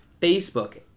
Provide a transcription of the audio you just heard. Facebook